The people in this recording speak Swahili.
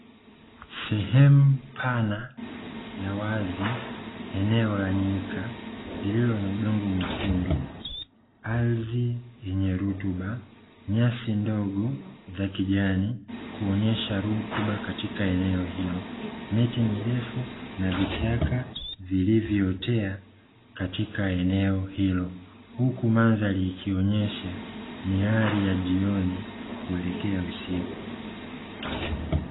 Sehemu pana ya wazi, eneo la nyika, lililo na udongo mwekundu, ardhi yenye rutuba, nyasi ndogo za kijani, kuonyesha rutuba katika eneo hilo, miti mirefu na vichaka vilivyootea katika eneo hilo, huku mandhari ikionyesha ni hali ya jioni kuelekea usiku.